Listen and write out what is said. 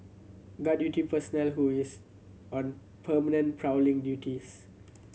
guard duty personnel who is on permanent prowling duties